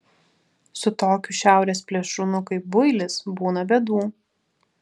su tokiu šiaurės plėšrūnu kaip builis būna bėdų